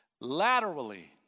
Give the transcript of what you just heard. laterally